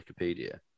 Wikipedia